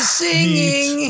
singing